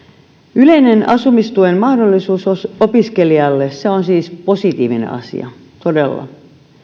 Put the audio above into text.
yleisen asumistuen mahdollisuus opiskelijalle on siis positiivinen asia todella